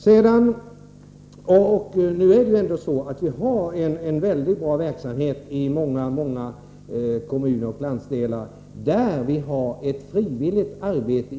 Man har i dag en mycket bra verksamhet i många kommuner och landsdelar där det sker ett frivilligt arbete.